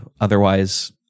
otherwise